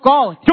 God